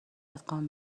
ادغام